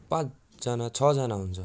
पाँचजना छजना हुन्छ